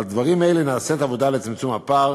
על דברים אלה נעשית עבודה לצמצום הפער